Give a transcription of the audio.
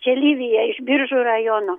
čia livija iš biržų rajono